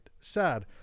sad